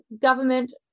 government